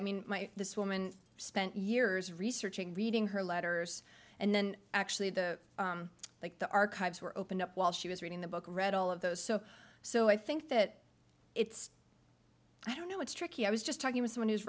i mean this woman spent years researching reading her letters and then actually the like the archives were opened up while she was reading the book read all of those so so i think that it's i don't know what's tricky i was just talking with someone who's